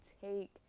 take